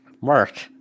Mark